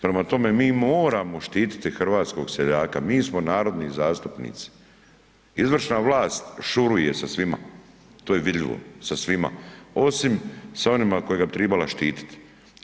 Prema tome mi moramo štititi hrvatskog seljaka, mi smo narodni zastupnici, izvršna vlast šuruje sa svima, to je vidljivo, sa svima, osim sa onima kojega bi tribala štititi.